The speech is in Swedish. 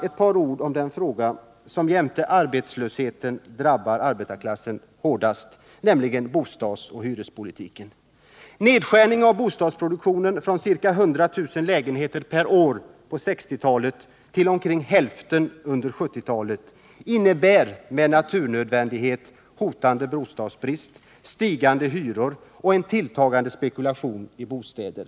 Ett par ord om den fråga som jämte arbetslösheten drabbar arbetarklassen hårdast, nämligen bostadsoch hyrespolitiken. Nedskärningen av bostadsproduktionen från ca 100 000 lägenheter per år på 1960-talet till omkring hälften under 1970-talet innebär med naturnödvändighet hotande bostadsbrist, stigande hyror och en tilltagande spekulation i bostäder.